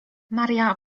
maria